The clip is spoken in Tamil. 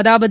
அதாவது